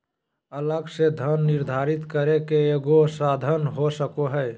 अलग से धन निर्धारित करे के एगो साधन हो सको हइ